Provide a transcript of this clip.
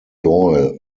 doyle